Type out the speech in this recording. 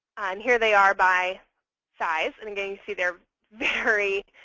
and here they are by size. and again, you see they're very,